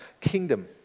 kingdom